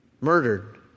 murdered